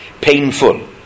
Painful